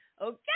Okay